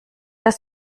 das